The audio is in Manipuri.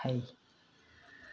ꯐꯩ